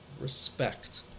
respect